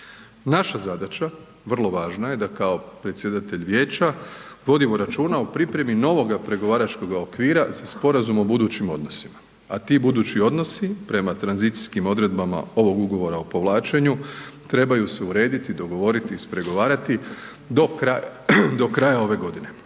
Naša zadaća, vrlo važna je da kao predsjedatelj Vijeća vodimo računa o pripremi novoga pregovaračkoga okvira za sporazum o budućim odnosima, a ti budući odnosi prema tranzicijskim odredbama ovog Ugovora o povlačenju, trebaju se urediti, dogovoriti, ispregovarati do kraja ove godine.